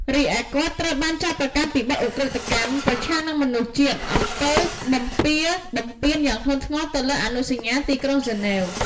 រីឯគាត់ត្រូវបានចោទប្រកាន់ពីបទឧក្រិដ្ឋកម្ម ប្រឆាំងនឹងមនុស្សជាតិ អំពើបំពារបំពានយ៉ាងធ្ងន់ធ្ងរទៅលើអនុសញ្ញា ទីក្រុងហ្សឺណែវ ។